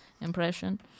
impression